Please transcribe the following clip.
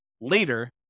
later